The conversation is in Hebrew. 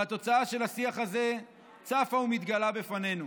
והתוצאה של השיח הזה צפה ומתגלה בפנינו.